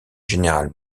general